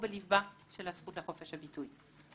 הוא בליבה של הזכות לחופש הביטוי.